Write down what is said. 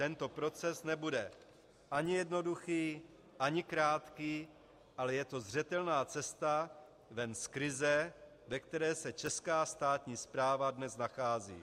Tento proces nebude ani jednoduchý ani krátký, ale je to zřetelná cesta ven z krize, ve které se česká státní správa dnes nachází.